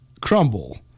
crumble